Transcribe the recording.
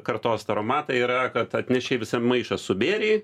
kartos taromatai yra kad atnešei visą maišą subėrei